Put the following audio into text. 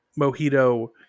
Mojito